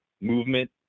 movement